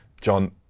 John